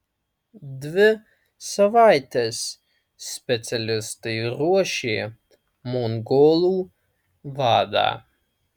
dvi savaites specialistai ruošė mongolų vadą